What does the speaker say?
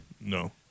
No